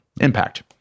impact